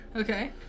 Okay